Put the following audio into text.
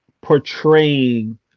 portraying